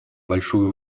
большую